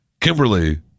Kimberly